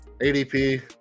adp